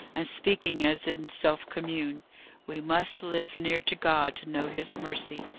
and speaking as in self-commune we must live near to god to know his mercy.